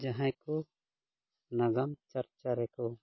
ᱡᱟᱦᱟᱸᱭ ᱠᱚ ᱱᱟᱜᱟᱢ ᱪᱟᱨᱪᱟ ᱨᱮᱠᱚ